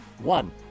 One